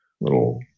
little